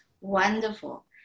Wonderful